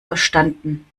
verstanden